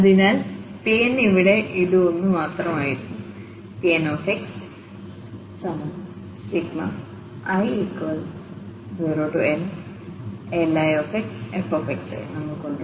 അതിനാൽ Pnഇവിടെ ഇത് 1 മാത്രമായിരുന്നു Pnxi0nLixfനമ്മൾക്കുണ്ട്